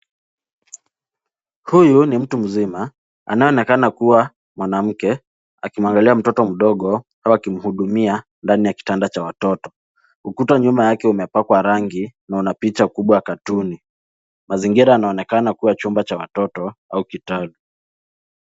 Huyu ni mtu mzima, anayeonekana kuwa mwanamke, akimwangalia mtoto mdogo, au akimhudumia, ndani ya kitanda cha watoto. Ukuta nyuma yake umepakwa rangi na una picha kubwa ya katuni. Mazingira yanaonekana kuwa chumba cha watoto au kitalu.